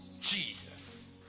Jesus